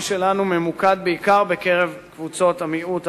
שלנו ממוקד בעיקר בקרב קבוצות המיעוט,